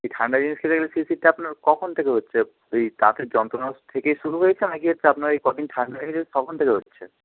এই ঠান্ডা জিনিস খেতে গেলে শিরশিরটা আপনার কখন থেকে হচ্ছে এই দাঁতের যন্ত্রণার থেকেই শুরু হয়েছে না কি হচ্ছে আপনার এই কদিন ঠান্ডা লেগেছে তখন থেকে হচ্ছে